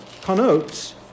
connotes